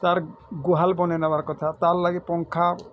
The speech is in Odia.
ତାର୍ ଗୁହାଲ୍ ବନେଇଁ ଦେବାର୍ କଥା ତାର୍ ଲାଗି ପଙ୍ଖା